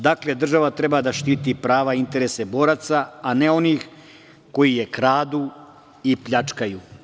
Dakle, država treba da štiti prava i interese boraca, a ne onih koji je kradu i pljačkaju.